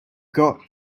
got